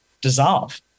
dissolve